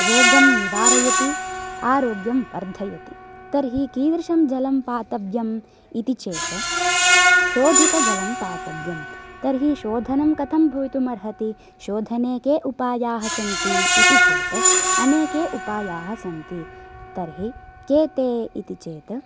रोगं निवारयति आरोग्यं वर्धयति तर्हि कीदृशं जलं पातव्यम् इति चेत् शोधितजलं पातव्यम् तर्हि शोधनं कथं भवितुम् अर्हति शोधने के उपायाः सन्ति इति चेत् अनेके उपायाः सन्ति तर्हि के ते इति चेत्